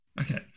Okay